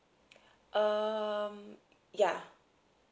um ya